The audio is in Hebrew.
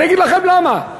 אני אגיד לכם למה.